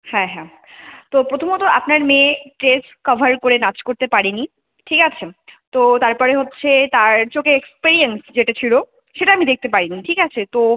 হ্যাঁ হ্যাঁ তো প্রথমত আপনার মেয়ে স্টেজ কভার করে নাচ করতে পারে নি ঠিক আছে তো তার পরে হচ্ছে তার চোখে এক্সপিরিয়েন্স যেটা ছিলো সেটা আমি দেখতে পাই নি ঠিক আছে তো